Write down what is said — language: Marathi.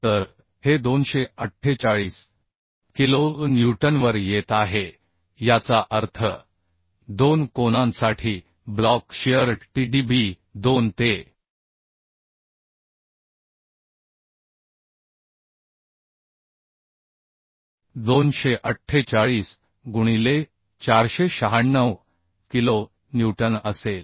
तर हे 248 किलो न्यूटनवर येत आहे याचा अर्थ 2 कोनांसाठी block shear t d b 2 ते 248 गुणिले 496 किलो न्यूटन असेल